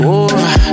over